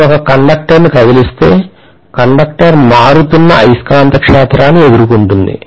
నేను ఒక కండక్టర్ను కదిలిస్తే కండక్టర్ మారుతున్న అయస్కాంత క్షేత్రాన్ని ఎదుర్కొంటుంది